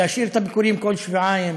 להשאיר את הביקורים כל שבועיים,